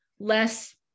less